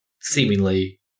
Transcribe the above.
seemingly